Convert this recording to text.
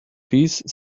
piece